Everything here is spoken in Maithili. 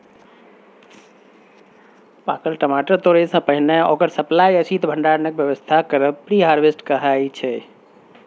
पाकल टमाटर तोरयसँ पहिने ओकर सप्लाई या शीत भंडारणक बेबस्था करब प्री हारवेस्ट कहाइ छै